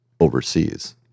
overseas